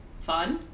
fun